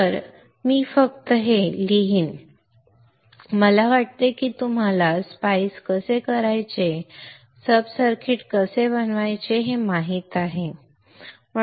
तर मी फक्त हे लिहीन मला वाटते की तुम्हाला स्पाइस कसे वापरायचे सब सर्किट्स कसे बनवायचे हे माहित आहे